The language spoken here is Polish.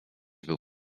był